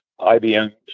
IBM